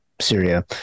Syria